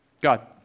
God